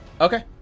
Okay